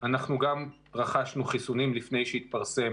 אנחנו גם רכשנו חיסונים לפני שהתפרסם